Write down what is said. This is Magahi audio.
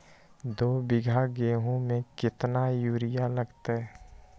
दो बीघा गेंहू में केतना यूरिया लगतै?